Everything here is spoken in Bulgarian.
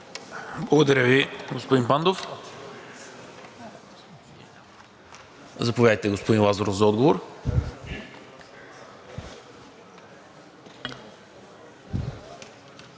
Благодаря, господин Летифов. Заповядайте, господин Лазаров, за отговор.